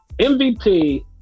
MVP